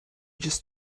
just